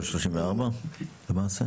על כל 34 למעשה?